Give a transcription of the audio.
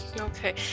Okay